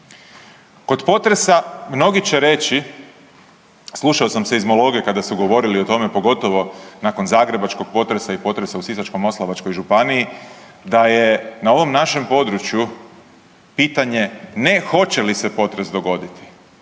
Kod potresa mnogi će reći, slušao sam seizmologe kada su govorili o tome, pogotovo nakon zagrebačkog potresa i potresa u Sisačko-moslavačkoj županiji da je na ovom našem području pitanje ne hoće li se potres dogoditi